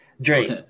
Drake